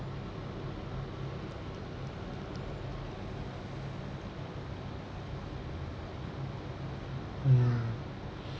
mm